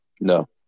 No